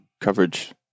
coverage